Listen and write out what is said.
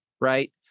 right